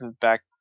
back